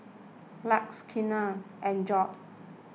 Lex Keanna and Gorge